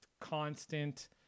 constant